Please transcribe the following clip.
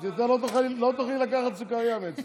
אז יותר לא תוכלי לקחת סוכריה מאצלי.